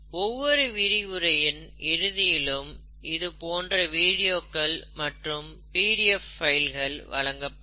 ஒவ்வொரு விரிவுரையின் இறுதியிலும் இதுபோன்று வீடியோக்கள் மற்றும் பிடிஎப் பைல் வழங்கப்படும்